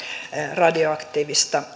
radioaktiivista